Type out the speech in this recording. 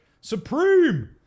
Supreme